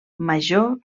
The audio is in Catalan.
major